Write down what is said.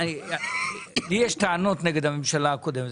לי יש טענות נגד הממשלה הקודמת,